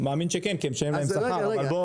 מאמין שכן, כי משלמים להם שכר.